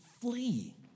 flee